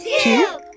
two